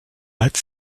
date